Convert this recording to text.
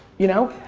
you know?